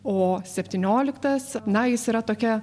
o septynioliktas na jis yra tokia